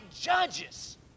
judges